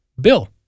bill